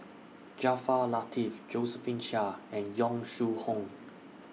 Jaafar Latiff Josephine Chia and Yong Shu Hoong